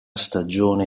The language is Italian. stagione